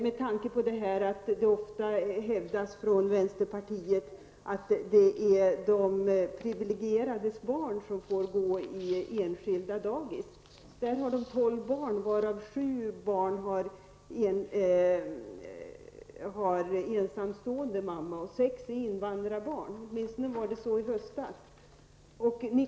Med tanke på att det ofta hävdas från vänsterpartiet att det är de priviligierades barn som får gå på enskilda dagis kan man påpeka att man där har tolv barn, varav sju har ensamstående mammor, och sex är invandrarbarn, i varje fall var det så i höstas.